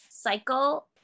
cycle